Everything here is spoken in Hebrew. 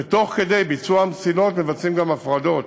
ותוך כדי ביצוע המסילות מבצעים גם הפרדות